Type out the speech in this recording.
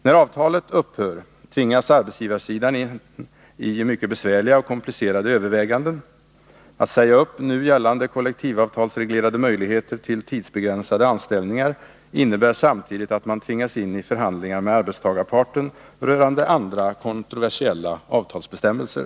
När avtalet upphör tvingas arbetsgivarsidan därefter in i mycket besvärliga och komplicerade överväganden. Att säga upp nu gällande kollektivavtalsreglerade möjligheter till tidsbegränsade anställningar innebär samtidigt att man tvingas in i förhandlingar med arbetstagarparten rörande andra kontroversiella avtalsbestämmelser.